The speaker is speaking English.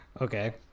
Okay